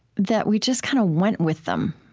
that we just kind of went with them